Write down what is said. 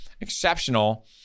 Exceptional